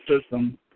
system